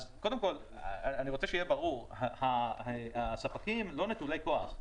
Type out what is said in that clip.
אני רוצה שיהיה ברור שהספקים לא נטולי כוח.